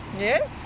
Yes